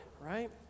right